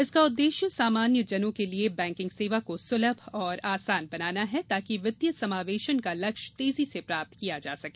इसका उद्देश्य सामान्य जनों के लिए बैकिंग सेवा को सुलभ और आसान बनाना है ताकि वित्तीय समावेशन का लक्ष्य तेजी से प्राप्त किया जा सके